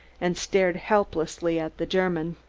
and stared helplessly at the german.